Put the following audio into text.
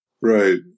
right